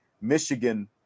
Michigan